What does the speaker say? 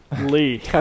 Lee